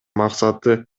максаты